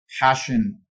passion